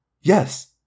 Yes